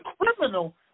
criminal